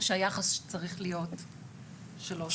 שהיחס צריך להיות 3:1,